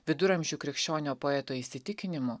viduramžių krikščionio poeto įsitikinimu